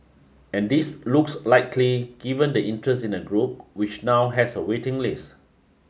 and this looks likely given the interest in the group which now has a waiting list